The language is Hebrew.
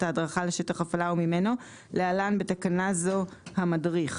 ההדרכה לשטח הפעלה וממנו (להלן בתקנה זו - המדריך)".